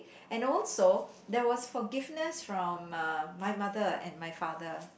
and also there was forgiveness from my mother and my father